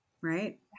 right